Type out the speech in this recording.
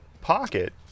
pocket